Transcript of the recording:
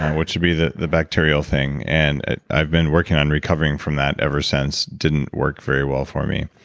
which will be the the bacterial thing. and i've been working on recovering from that ever since, didn't work very well for me.